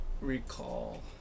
recall